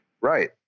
right